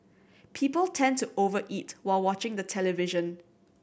people tend to over eat while watching the television